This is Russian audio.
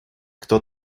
кто